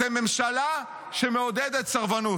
אתם ממשלה שמעודדת סרבנות.